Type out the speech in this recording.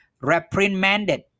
reprimanded